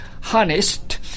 harnessed